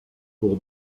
pour